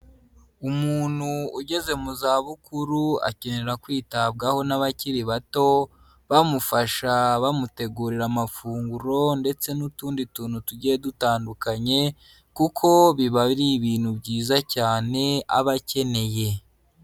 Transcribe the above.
Umuntu ugeze mu zabukuru akenera kwitabwaho n'abakiri bato, bamufasha bamutegurira amafunguro ndetse n'utundi tuntu tugiye dutandukanye, kuko biba ari ibintu byiza cyane aba akeneye.